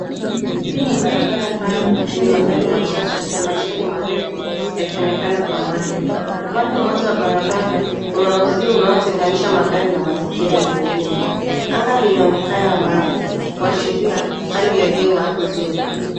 Hii ni barabara pana yenye magari machache na majengo marefu yakionekana kwa mbali. Upande moja wa barabara, una uzio unaotenganisha magari na mazingira mengine. Anga linaonekana wazi kuashiria hali ya hewa nzuri.